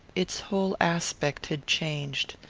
its whole aspect had changed.